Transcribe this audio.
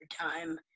time